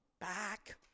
Back